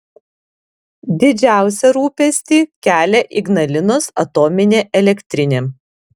didžiausią rūpestį kelia ignalinos atominė elektrinė